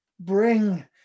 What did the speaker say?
Bring